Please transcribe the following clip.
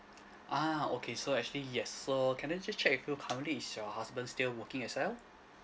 ah okay so actually yes so can I just check with you currently is your husband still working as well